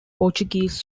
portuguese